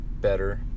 better